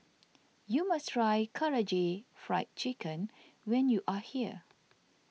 you must try Karaage Fried Chicken when you are here